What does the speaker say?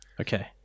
Okay